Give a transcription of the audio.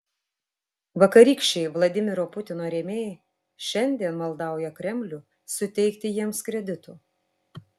vakarykščiai vladimiro putino rėmėjai šiandien maldauja kremlių suteikti jiems kreditų